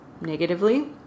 negatively